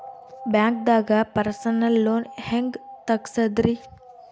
ಬ್ಯಾಂಕ್ದಾಗ personal loan ಹೆಂಗ್ ತಗ್ಸದ್ರಿ?